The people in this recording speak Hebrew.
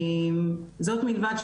זאת מלבד,